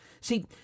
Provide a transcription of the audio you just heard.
See